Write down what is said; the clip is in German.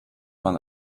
man